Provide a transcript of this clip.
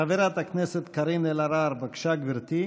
חברת הכנסת קארין אלהרר, בבקשה, גברתי.